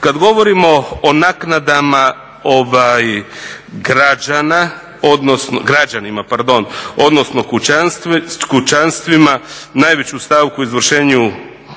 Kad govorimo o naknadama građana, građanima pardon odnosno kućanstvima najveću stavku u izvršenju